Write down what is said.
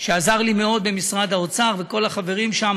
שעזר לי מאוד במשרד האוצר, וכל החברים שם.